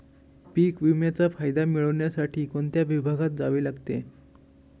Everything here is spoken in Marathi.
पीक विम्याचा फायदा मिळविण्यासाठी कोणत्या विभागात जावे लागते?